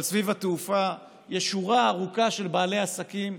אבל סביב התעופה יש שורה ארוכה של בעלי עסקים,